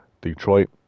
Detroit